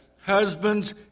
husbands